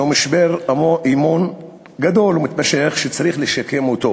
משבר אמון גדול ומתמשך שצריך לשקם אותו.